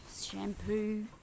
Shampoo